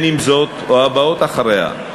אם זאת או הבאות אחריה,